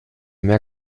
mehr